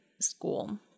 school